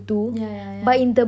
yeah yeah yeah